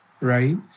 right